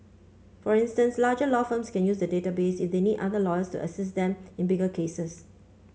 for instance larger law firms can use the database if they need other lawyers to assist them in bigger cases